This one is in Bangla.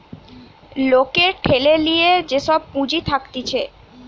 লোকের ঠেলে লিয়ে যে সব পুঁজি থাকতিছে